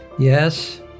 Yes